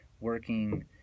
working